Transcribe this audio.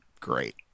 great